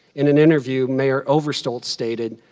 in an interview, mayor overstolz stated,